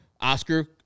Oscar